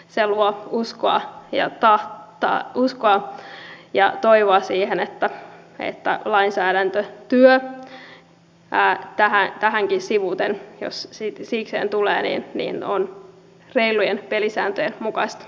se luo uskoa ja toivoa siihen että lainsäädäntötyö tähänkin sivuten jos sikseen tulee on reilujen pelisääntöjen mukaista